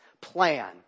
plan